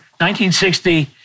1960